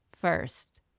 first